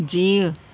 जीउ